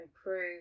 improve